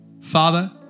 Father